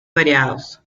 variados